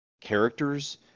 characters